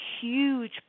huge